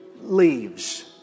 leaves